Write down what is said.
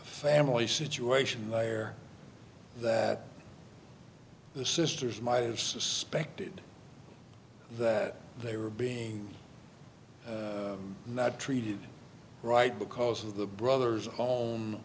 family situation there that the sisters my suspected that they were being treated right because of the brother's own